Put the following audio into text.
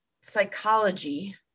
psychology